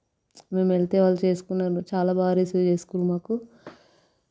మేం వెళ్తే వాళ్ళు చేసుకున్నారు చాలా బాగా రిసీవ్ చేసుకున్నారు మాకు